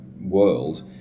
world